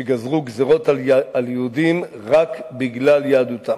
שגזרו גזירות על יהודים רק בגלל יהדותם.